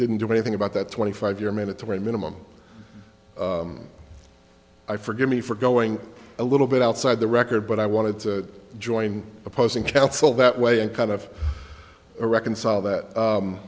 didn't do anything about that twenty five year mandatory minimum i forgive me for going a little bit outside the record but i wanted to join opposing counsel that way and kind of a reconcile that